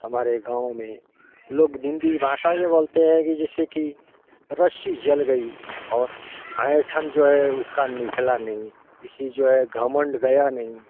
हमारे गाँव में लोग हिंदी भाषा जो बोलते है जैसे कि रस्सी जल गई और ऐठन जो है उसका निकला नहीं है इसे जो है घमंड गया नहीं